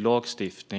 lagstiftning.